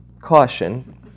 caution